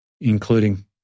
including